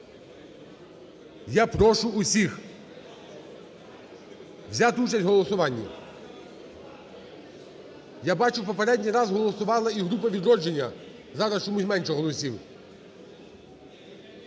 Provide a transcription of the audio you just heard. Я прошу всіх взяти участь у голосуванні. Я бачу попередній раз голосувала і група "Відродження", зараз чомусь менше голосів.